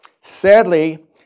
Sadly